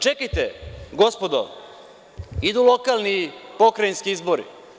Čekajte, gospodo, idu lokalni pokrajinski izbori.